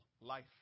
life